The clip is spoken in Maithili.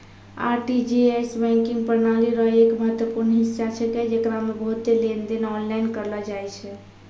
आर.टी.जी.एस बैंकिंग प्रणाली रो एक महत्वपूर्ण हिस्सा छेकै जेकरा मे बहुते लेनदेन आनलाइन करलो जाय छै